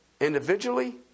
Individually